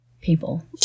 people